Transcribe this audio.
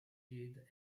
head